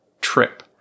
trip